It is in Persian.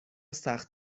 سخت